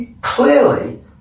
Clearly